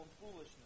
foolishness